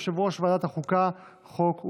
אני קובע כי הצעת החוק התקבלה בקריאה המוקדמת